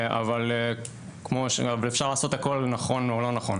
אבל אפשר לעשות הכול נכון או לא נכון.